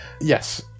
Yes